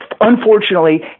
unfortunately